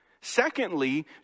Secondly